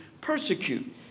persecute